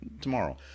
tomorrow